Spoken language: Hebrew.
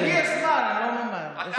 לי יש זמן, אני לא ממהר.